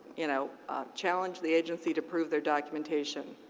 you know challenge the agency to prove their documentation.